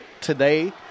today